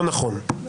לא נכון.